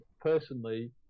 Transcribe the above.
personally